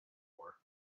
war